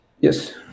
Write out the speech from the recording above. Yes